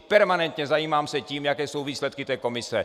Permanentně se zajímám o to, jaké jsou výsledky té komise.